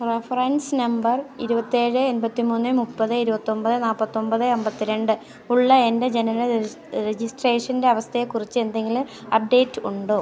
reference number ഇരുപത്തിയേഴ് എൺപത്തിമൂന്ന് മുപ്പത് ഇരുപത്തിയൊമ്പത് നാല്പത്തിയൊമ്പത് അമ്പത്തിരണ്ട് ഉള്ള എൻ്റെ ജനന രജിസ്ട്രേഷൻ്റെ അവസ്ഥയെക്കുറിച്ച് എന്തെങ്കിലും അപ്ഡേറ്റ് ഉണ്ടോ